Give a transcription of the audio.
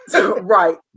right